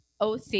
OC